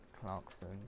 Clarkson